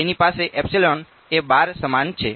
તેની પાસે એપ્સીલોન એ 12 સમાન છે